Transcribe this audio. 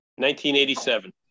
1987